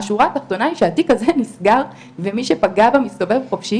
השורה התחתונה היא שהתיק הזה נסגר ומי שפגע בה מסתובב חופשי